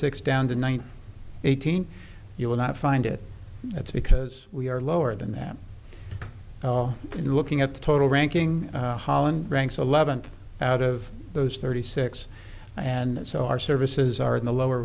six down to one eighteen you will not find it that's because we are lower than that in looking at the total ranking holland ranks eleventh out of those thirty six and so our services are in the lower